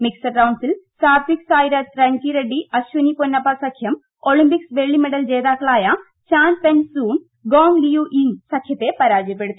mixed റൌണ്ട്സിൽ Satwik Sairaj Rankireddy Ashwini Ponnappa സഖ്യം Olympics വെള്ളി മെഡൽ ജേതാക്കളായ Chan Peng Soon Goh Liu Ying സഖ്യത്തെ പരാജയപ്പെടുത്തി